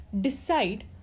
decide